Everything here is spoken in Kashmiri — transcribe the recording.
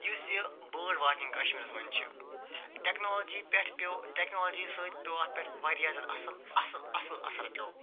یُس یہِ بٲرڈ واچنٛگا چھِ کشمیٖرس منٛز چھِ ٹٮ۪کنالوجی پٮ۪ٹھ پیوٚو ٹٮ۪کنالوجی سۭتۍ پیوٚو اَتھ پٮ۪ٹھ وارِیاہ زیادٕ اَصٕل اَصٕل اَصٕل اَثر پیوٚو